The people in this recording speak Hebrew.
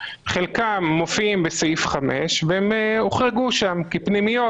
חלקם מופיעים בסעיף 5 והם הוחרגו שם כפנימיות.